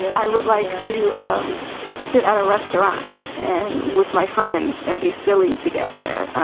yeah i would like to um sit at a restaurant and with my friends and be silly together.